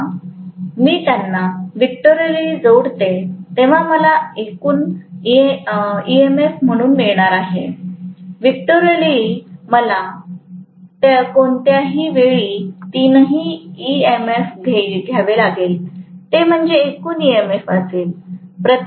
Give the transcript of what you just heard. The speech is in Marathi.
जेव्हा मी त्यांना वेक्टोरली जोडते तेव्हा मला हे एकूण ईएमएफ म्हणून मिळणार आहे वेक्टोरली मला कोणत्याही वेळी तीनही ईएमएफ घ्यावे लागेल ते म्हणजे एकूण ईएमएफ असेल